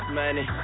money